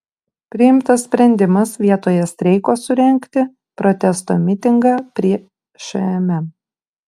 priimtas sprendimas vietoje streiko surengti protesto mitingą prie šmm